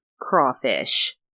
Crawfish